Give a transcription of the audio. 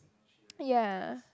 ya